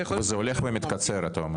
וזה הולך ומתקצר אתה אומר.